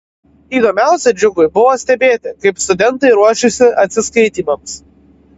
įdomiausia džiugui buvo stebėti kaip studentai ruošiasi atsiskaitymams